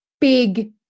big